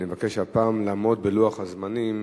אני מבקש שהפעם נעמוד בלוח הזמנים,